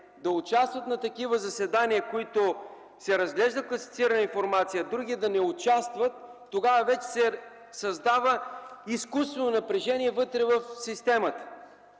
да участват на такива заседания, на които се разглежда класифицирана информация, а други да не участват, тогава вече се създава изкуствено напрежение вътре в системата.